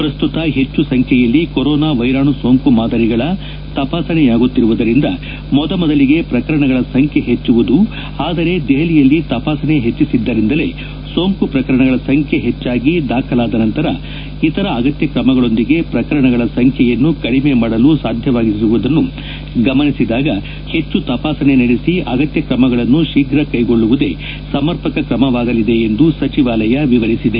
ಪ್ರಸ್ತುತ ಹೆಚ್ಚು ಸಂಬ್ಲೆಯಲ್ಲಿ ಕೊರೋನಾ ವೈರಾಣು ಸೋಂಕು ಮಾದರಿಗಳ ತಪಾಸಣೆಯಾಗುತ್ತಿರುವುದರಿಂದ ಮೊದಮೊಲಿಗೆ ಪ್ರಕರಣಗಳ ಸಂಬ್ಲೆ ಹೆಚ್ಚುವುದು ಆದರೆ ದೆಹಲಿಯಲ್ಲಿ ತಪಾಸಣೆ ಹೆಚ್ಚಿಸಿದ್ದರಿಂದಲೇ ಸೋಂಕು ಪ್ರಕರಣಗಳ ಸಂಬ್ಲೆ ಹೆಚ್ಚಾಗಿ ದಾಖಲಾದ ನಂತರ ಇತರ ಅಗತ್ಯ ಕ್ರಮಗಳೊಂದಿಗೆ ಪ್ರಕರಣಗಳ ಸಂಬ್ಲೆಯನ್ನು ಕಡಿಮೆ ಮಾಡಲು ಸಾಧ್ಲವಾಗಿರುವುದನ್ನು ಗಮನಿಸಿದಾಗ ಹೆಚ್ಚು ತಪಾಸಣೆ ನಡೆಸಿ ಅಗತ್ಯ ಕ್ರಮಗಳನ್ನು ಶೀಘ ಕೈಗೊಳ್ಳುವುದೇ ಸಮರ್ಪಕ ಕ್ರಮವಾಗಲಿದೆ ಎಂದು ಸಚಿವಾಲಯ ವಿವರಿಸಿದೆ